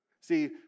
See